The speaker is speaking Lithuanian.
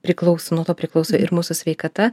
priklauso nuo to priklauso ir mūsų sveikata